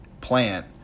plant